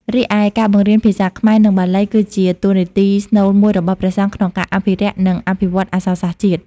រីឯការបង្រៀនភាសាខ្មែរ និងបាលី គឺជាតួនាទីស្នូលមួយរបស់ព្រះសង្ឃក្នុងការអភិរក្ស និងអភិវឌ្ឍអក្សរសាស្ត្រជាតិ។